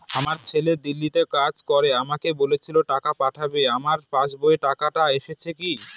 আমার ছেলে দিল্লীতে কাজ করে আমাকে বলেছিল টাকা পাঠাবে আমার পাসবইতে টাকাটা এসেছে কি?